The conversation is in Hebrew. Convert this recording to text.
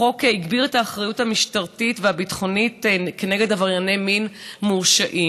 החוק הגביר את האחריות המשטרתית והביטחונית נגד עברייני מין מורשעים.